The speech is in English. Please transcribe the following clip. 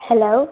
hello